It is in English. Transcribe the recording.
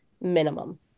minimum